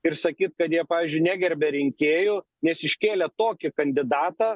ir sakyt kad jie pavyzdžiui negerbia rinkėjų nes iškėlė tokį kandidatą